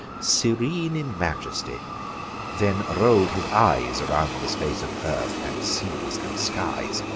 serene in majesty then roll'd his eyes around the space of earth, and seas, and skies.